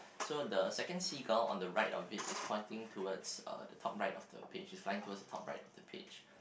so the second seagull on the right of it is pointing towards uh the top right of the page it is flying towards the top right of the page